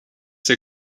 der